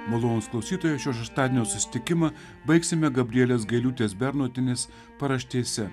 malonūs klausytojai šio šeštadienio susitikimą baigsime gabrielės gailiūtės bernotienės paraštėse